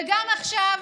וגם עכשיו,